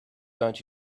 don’t